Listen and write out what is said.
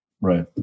right